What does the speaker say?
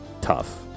tough